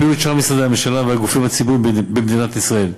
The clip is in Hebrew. לפעילות שאר משרדי הממשלה והגופים הציבורים במדינת ישראל.